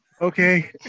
Okay